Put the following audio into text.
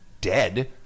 dead